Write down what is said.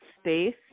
space